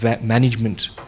management